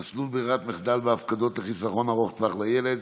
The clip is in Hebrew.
(מסלול ברירת מחדל בהפקדות לחיסכון ארוך טווח לילד),